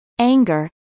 anger